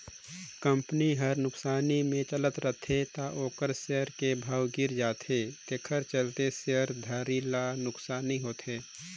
company हर नुकसानी मे चलत रथे त ओखर सेयर के भाव गिरत जाथे तेखर चलते शेयर धारी ल नुकसानी होथे